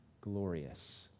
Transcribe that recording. glorious